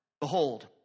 Behold